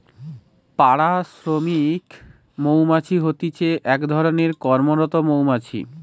পাড়া শ্রমিক মৌমাছি হতিছে এক ধরণের কর্মরত মৌমাছি